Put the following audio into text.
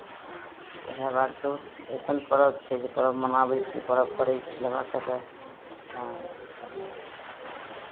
तऽ इएह बात बहुत अइसन पर्व छै जे पर्व मनाबै छियै पर्व करै छियै हमरा सभके हँ